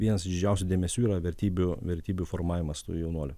vienas iš didžiausių dėmesių yra vertybių vertybių formavimas tų jaunuolių